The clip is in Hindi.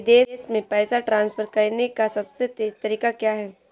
विदेश में पैसा ट्रांसफर करने का सबसे तेज़ तरीका क्या है?